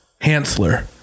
Hansler